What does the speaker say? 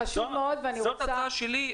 זאת ההצעה שלי.